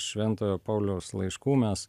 šventojo pauliaus laiškų mes